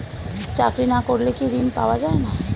চাকরি না করলে কি ঋণ পাওয়া যায় না?